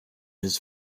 his